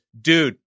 dude